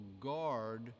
guard